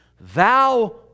thou